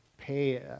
pay